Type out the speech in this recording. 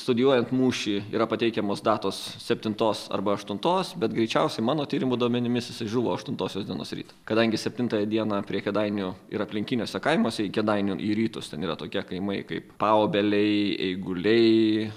studijuojant mūšį yra pateikiamos datos septintos arba aštuntos bet greičiausiai mano tyrimų duomenimis jisai žuvo aštuntosios dienos rytą kadangi septintąją dieną prie kėdainių ir aplinkiniuose kaimuose į kėdainių į rytus ten yra tokie kaimai kaip paobeliai eiguliai